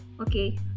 okay